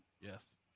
Yes